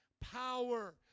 power